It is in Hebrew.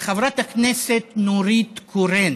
חברת הכנסת נורית קורן,